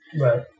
Right